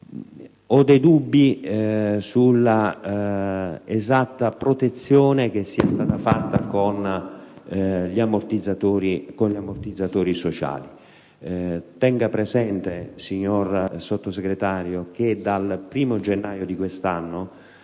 Ho dei dubbi circa l'esatta protezione che si è pensato di assicurare con gli ammortizzatori sociali. Tenga presente, signor Sottosegretario, che dal 1° gennaio di quest'anno